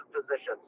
positions